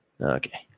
Okay